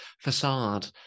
facade